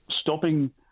stopping